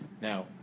Now